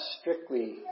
strictly